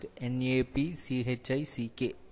N-A-P-C-H-I-C-K